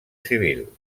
civil